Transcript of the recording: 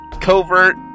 covert